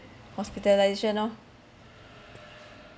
hospitalisation lor